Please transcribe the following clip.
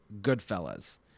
Goodfellas